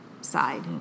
side